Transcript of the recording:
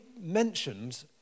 mentioned